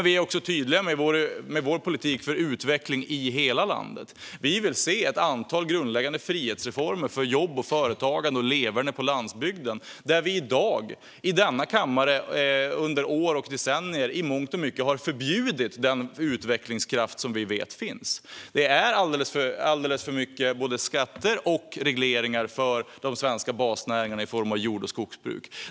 Vi är också tydliga med vår politik för utveckling i hela landet. Vi vill se ett antal grundläggande frihetsreformer för jobb, företagande och leverne på landsbygden. Denna kammare har under decennier i mångt och mycket förbjudit den utvecklingskraft som finns genom alldeles för mycket skatter och regleringar för de svenska basnäringarna jord och skogsbruk.